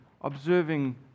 observing